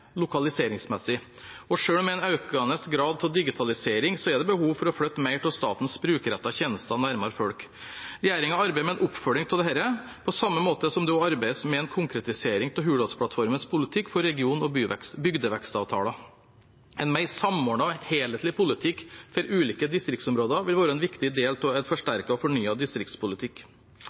lokaliseringsmessig. Selv med en økende grad av digitalisering er det behov for å flytte mer av statens brukerrettede tjenester nærmere folk. Regjeringen arbeider med en oppfølging av dette på samme måte som det arbeides med en konkretisering av Hurdalsplattformens politikk for region- og bygdevekstavtaler. En mer samordnet, helhetlig politikk for ulike distriktsområder vil være en viktig del av en forsterket og fornyet distriktspolitikk.